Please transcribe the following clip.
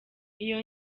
iyo